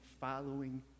following